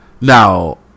Now